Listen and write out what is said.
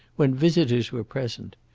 when visitors were present.